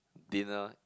dinner